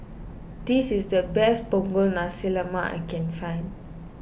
this is the best Punggol Nasi Lemak I can find